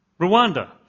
Rwanda